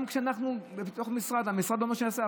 גם בתוך המשרד, המשרד אומר שהוא יעשה.